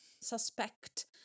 suspect